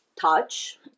touch